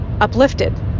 uplifted